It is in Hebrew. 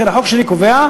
לכן החוק שלי קובע,